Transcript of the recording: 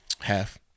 Half